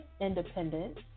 independence